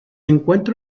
encuentra